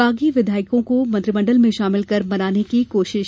बागी विधायकों को मंत्रीमंडल में शामिल कर मनाने की कोशिश